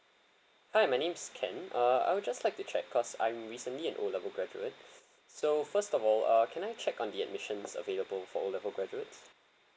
hi my name is ken uh I'll just like to check cause I'm recently an o level graduate so first of all uh can I check on the admissions available for o level graduates